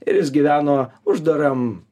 ir jis gyveno uždaram